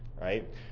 right